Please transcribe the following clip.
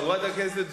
חברת הכנסת זוארץ,